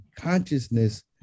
consciousness